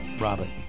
Robin